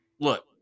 look